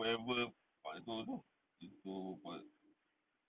whoever I don't know to uh